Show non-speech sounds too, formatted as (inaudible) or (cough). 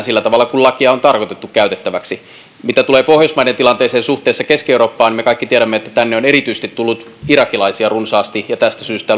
(unintelligible) sillä tavalla kuin lakia on tarkoitettu käytettäväksi mitä tulee pohjoismaiden tilanteeseen suhteessa keski eurooppaan me kaikki tiedämme että tänne on tullut erityisesti irakilaisia runsaasti ja tästä syystä (unintelligible)